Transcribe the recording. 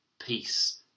peace